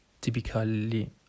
typically